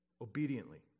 obediently